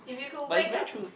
but it's very true